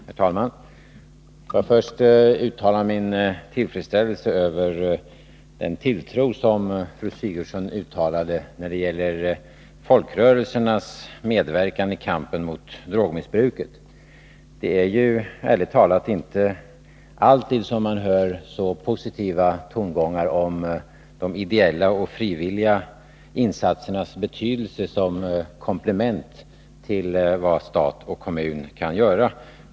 Herr talman! Får jag först uttala min tillfredsställelse över den tilltro till folkrörelsernas medverkan i kampen mot drogmissbruket som fru Sigurdsen uttalade. Det är ju, ärligt talat, inte alltid som man hör så positiva tongångar om de ideella och frivilliga insatsernas betydelse som komplement till vad stat och kommun kan göra.